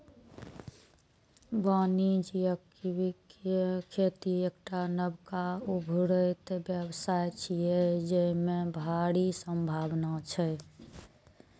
वाणिज्यिक कीवीक खेती एकटा नबका उभरैत व्यवसाय छियै, जेमे भारी संभावना छै